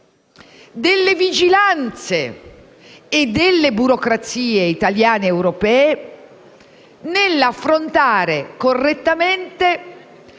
delle vigilanze e delle burocrazie italiane ed europee nell'affrontare correttamente